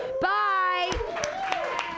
Bye